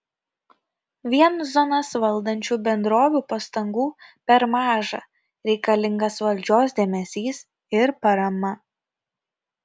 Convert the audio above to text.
vien zonas valdančių bendrovių pastangų per maža reikalingas valdžios dėmesys ir parama